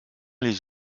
les